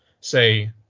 say –